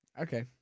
Okay